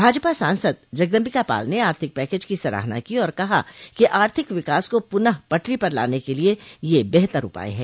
भाजपा सांसद जगदम्बिका पाल ने आर्थिक पैकेज की सराहना की और कहा कि आर्थिक विकास को पूनः पटरी पर लाने के लिये यह बेहतर उपाय है